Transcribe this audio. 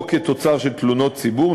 או כתוצר של תלונות ציבור,